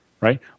right